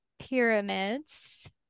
pyramids